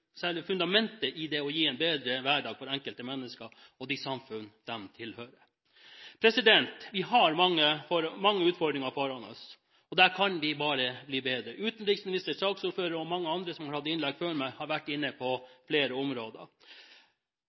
fundamentet i det å gi en bedre hverdag for enkeltmennesker og de samfunn de tilhører. Vi har mange utfordringer foran oss, og der kan vi bare bli bedre – utenriksministeren, saksordføreren og mange andre som har hatt innlegg før meg, har vært inne på flere områder.